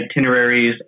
itineraries